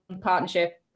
partnership